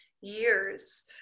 years